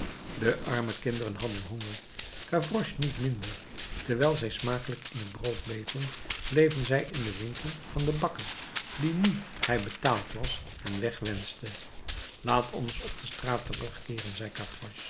de arme kinderen hadden honger gavroche niet minder terwijl zij smakelijk in het brood beten bleven zij in den winkel van den bakker die nu hij betaald was hen weg wenschte laat ons op de straat terugkeeren